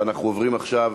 ואנחנו עוברים עכשיו